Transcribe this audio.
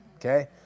okay